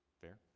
Fair